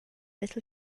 little